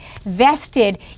vested